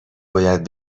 باید